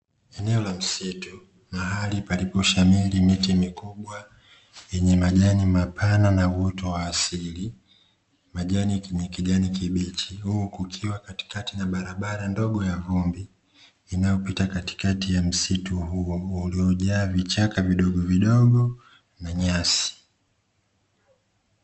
Eneo la msitu, mahali paliposhamiri miti mikubwa yenye majani mapana na uoto wa asili, majani yenye kijani kibichi huku kukiwa katikati na barabara ndogo ya vumbi inayopita katikati ya msitu huo uliojaa vichaka vidogovidogo na nyasi.